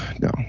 No